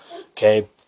Okay